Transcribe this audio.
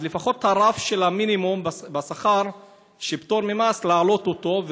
אז לפחות את הרף של המינימום בשכר שפטור ממס להעלות אותו,